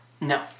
No